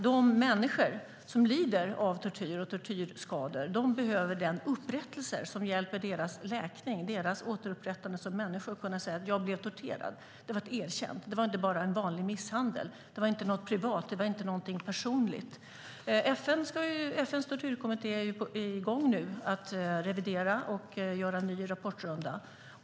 De människor som lider av tortyr och tortyrskador behöver en upprättelse som hjälper deras läkning, återupprättande som människor så att de kan säga: Jag blev torterad, det är erkänt, det var inte bara en vanlig misshandel, det var inte något privat, det var inte någonting personligt. FN:s tortyrkommitté är nu i gång med att revidera och göra en ny rapportrunda.